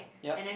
yup